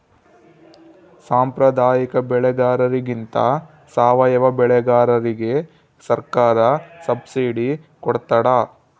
ಸಾಂಪ್ರದಾಯಿಕ ಬೆಳೆಗಾರರಿಗಿಂತ ಸಾವಯವ ಬೆಳೆಗಾರರಿಗೆ ಸರ್ಕಾರ ಸಬ್ಸಿಡಿ ಕೊಡ್ತಡ